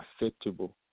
acceptable